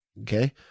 Okay